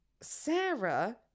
Sarah